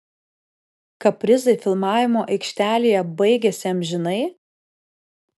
kaprizai filmavimo aikštelėje baigėsi amžinai